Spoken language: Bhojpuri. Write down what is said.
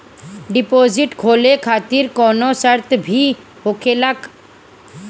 डिपोजिट खोले खातिर कौनो शर्त भी होखेला का?